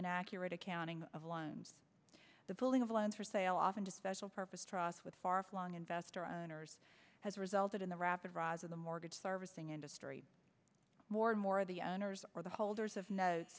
inaccurate accounting of lines the building of land for sale often to special purpose trusts with far flung investor owners has resulted in the rapid rise of the mortgage servicing industry more and more of the owners or the holders of